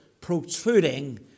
protruding